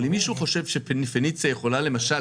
אבל אם מישהו חושב שפניציה יכולה למשל,